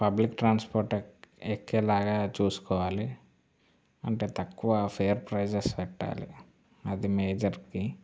public transport ఎక్కేలాగా చూసుకోవాలి అంటే తక్కువ ఫేర్ ప్రైసెస్ పెట్టాలి అది మేజర్ థింగ్